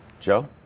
Joe